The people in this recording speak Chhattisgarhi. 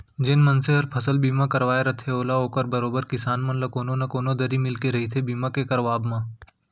जेन मनसे हर फसल बीमा करवाय रथे ओला ओकर बरोबर किसान मन ल कोनो न कोनो दरी मिलके रहिथे बीमा के करवाब म